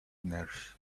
nurse